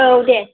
औ दे